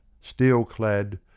steel-clad